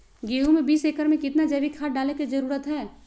गेंहू में बीस एकर में कितना जैविक खाद डाले के जरूरत है?